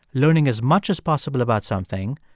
learning as much as possible about something,